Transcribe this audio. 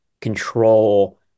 control